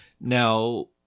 Now